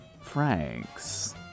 Franks